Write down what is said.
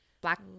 black